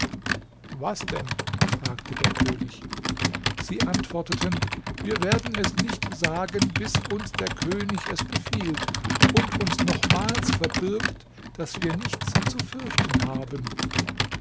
was denn fragte der könig sie antworteten wir werden es nicht sagen bis uns der könig es befiehlt und uns nochmals verbürgt daß wir nichts zu fürchten haben